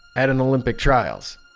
at an olympic trials